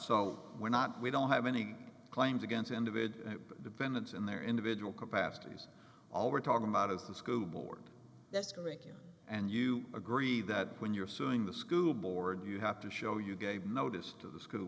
so we're not we don't have any claims against end of it dependents and their individual capacities all we're talking about is the school board that's curriculum and you agree that when you're suing the school board you have to show you gave notice to the school